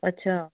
ਅੱਛਾ